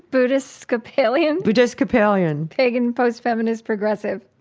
buddhiscopalian? buddhiscopalian pagan, post-feminist, progressive.